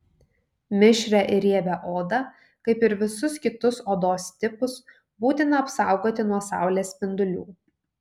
mišrią ir riebią odą kaip ir visus kitus odos tipus būtina apsaugoti nuo saulės spindulių